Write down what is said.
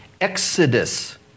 exodus